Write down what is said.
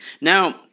Now